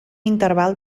interval